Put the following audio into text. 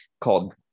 called